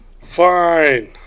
fine